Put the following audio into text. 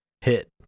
hit